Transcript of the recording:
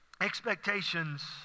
Expectations